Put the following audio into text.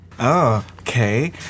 Okay